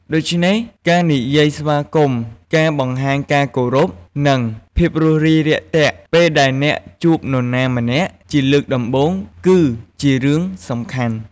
ដូច្នេះការនិយាយស្វាគមន៍ ការបង្ហាញការគោរព និងភាពរួសរាយរាក់ទាក់ពេលដែលអ្នកជួបនរណាម្នាក់ជាលើកដំបូងគឺជារឿងសំខាន់។